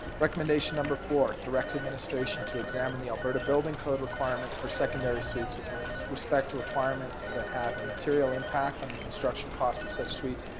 recommendation number four, direct administration to examine the alberta building code requirements for secondary suites with respect to requirements that have a material impact on the construction costs of such suites,